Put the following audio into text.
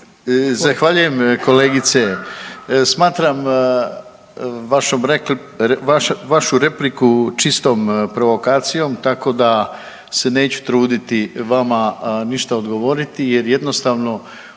Zahvaljujem kolegice. Smatram vašu repliku čistom provokacijom, tako da se neću truditi vama ništa odgovoriti jer jednostavno